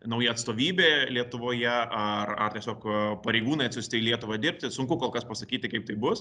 nauja atstovybė lietuvoje ar ar tiesiog pareigūnai atsiųsti į lietuvą dirbti sunku kol kas pasakyti kaip tai bus